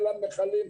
למכלים,